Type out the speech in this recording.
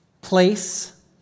place